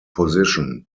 position